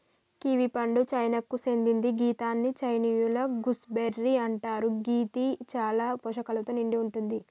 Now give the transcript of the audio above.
kiwi పండు చైనాకు సేందింది గిదాన్ని చైనీయుల గూస్బెర్రీ అంటరు గిది చాలా పోషకాలతో నిండి వుంది